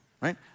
right